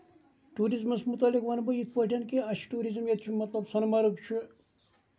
ٹوٗرزٕمَس مُتعلِق وَنہٕ بہٕ یِتھۍ پٲٹھۍ کہِ اَسہِ چھُ ٹیوٗرِزٕم ییٚتہِ چھُ مطلب سۄنہٕ مَرٕگ چھُ